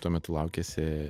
tuo metu laukėsi